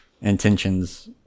intentions